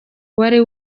wari